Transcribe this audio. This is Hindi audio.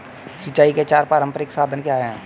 सिंचाई के चार पारंपरिक साधन क्या हैं?